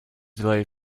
delayed